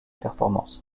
performances